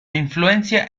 influencia